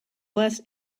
less